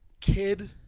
kid